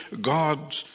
God